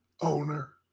owner